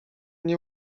nie